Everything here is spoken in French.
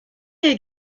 est